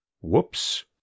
Whoops